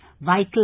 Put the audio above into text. vital